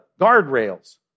guardrails